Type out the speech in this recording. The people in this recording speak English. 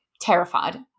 terrified